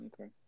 okay